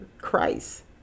Christ